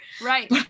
right